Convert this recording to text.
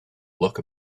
look